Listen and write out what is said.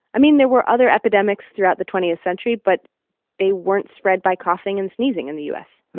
i mean, there were other epidemics throughout the twentieth century, but they weren't spread by coughing and sneezing in the u s.